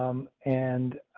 um and.